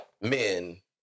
men